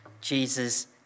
Jesus